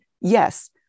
Yes